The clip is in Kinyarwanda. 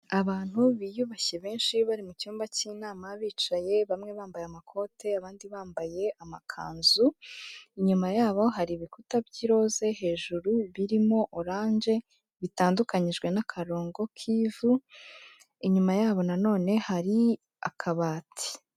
Abantu biyubashye benshi bari mu cyumba cy'inama bicaye bamwe bambaye amakote abandi bambaye amakanzu, inyuma yabo hari ibikuta by'iroze hejuru birimo oranje bitandukanyijwe n'akarongo k'ivu, inyuma yabo na none hari akabati.